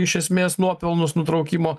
iš esmės nuopelnus nutraukimo